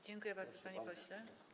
Dziękuję bardzo, panie pośle.